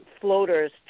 floaters